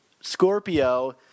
Scorpio